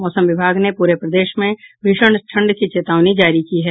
मौसम विभाग ने पूरे प्रदेश में भीषण ठंड की चेतावनी जारी की है